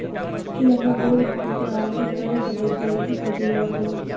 की हम्मय gold bond के आवदेन करे सकय छियै, की प्रक्रिया छै?